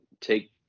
take